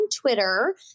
Twitter